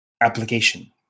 application